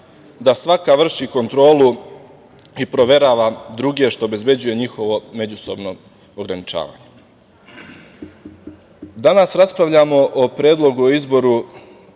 da svaka vrši kontrolu i proverava druge što obezbeđuje njihovo međusobno ograničavanje. Danas raspravljamo o predlogu za izbor